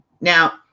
now